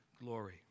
glory